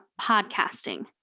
podcasting